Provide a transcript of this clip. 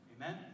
Amen